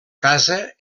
casa